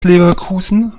leverkusen